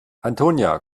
antonia